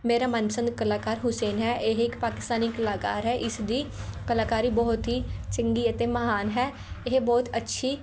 ਮੇਰਾ ਮਨਪਸੰਦ ਕਲਾਕਾਰ ਹੁਸੈਨ ਹੈ ਇਹ ਇੱਕ ਪਾਕਿਸਤਾਨੀ ਕਲਾਕਾਰ ਹੈ ਇਸ ਦੀ ਕਲਾਕਾਰੀ ਬਹੁਤ ਹੀ ਚੰਗੀ ਅਤੇ ਮਹਾਨ ਹੈ ਇਹ ਬਹੁਤ ਅੱਛੀ